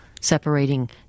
separating